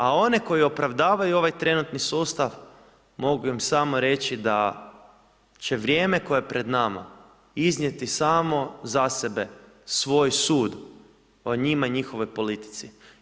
A one koji opravdavaju ovaj trenutni sustav mogu im samo reći da će vrijeme koje je pred nama iznijeti samo za sebe svoj sud o njima i njihovoj politici.